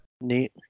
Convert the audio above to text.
Neat